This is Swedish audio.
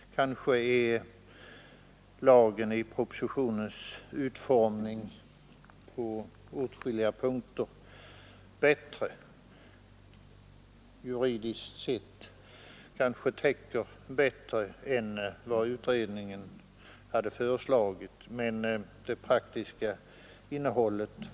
Kanske är lagen i propositionens utformning på åtskilliga punkter bättre, juridiskt sett, än vad utredningen hade föreslagit, men det praktiska innehållet är detsamma.